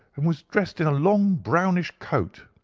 and was dressed in a long, brownish coat.